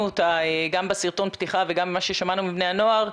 אותה גם בסרטון הפתיחה וגם ממה ששמענו מבני הנוער,